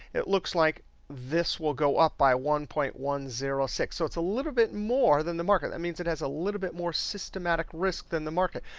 it looks like this will go up by one point one zero six. so it's a little bit more than the market. that means it has a little bit more systematic risk than the market.